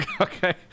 Okay